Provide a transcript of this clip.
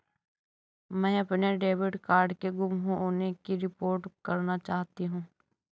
मैं अपने debit card के गुम होने की रिपोर्ट करना चाहती हूँ